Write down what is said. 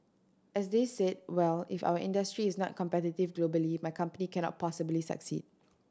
as they said well if our industry is not competitive globally my company cannot possibly succeed